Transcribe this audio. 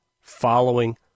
following